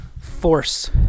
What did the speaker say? force